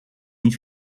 niet